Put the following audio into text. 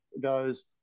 goes